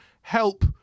help